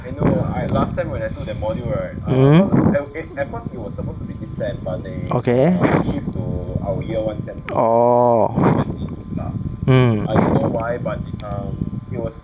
mmhmm okay orh mm